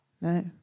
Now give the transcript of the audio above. No